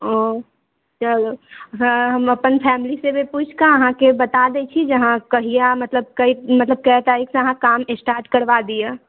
ओ चलू हँ हम अपन फैमिलीसँ भी पुछिकऽ अहाँके बता दै छी जे अहाँ कहिआ मतलब कै तारिखसँ अहाँ काम स्टार्ट करबा दिअ